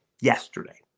yesterday